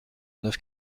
neuf